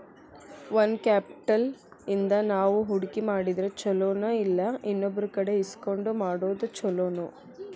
Own capital ಇಂದಾ ನಾವು ಹೂಡ್ಕಿ ಮಾಡಿದ್ರ ಛಲೊನೊಇಲ್ಲಾ ಇನ್ನೊಬ್ರಕಡೆ ಇಸ್ಕೊಂಡ್ ಮಾಡೊದ್ ಛೊಲೊನೊ?